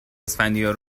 اسفندیار